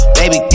baby